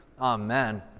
Amen